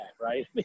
Right